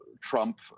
Trump